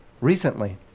recently